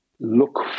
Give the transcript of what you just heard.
Look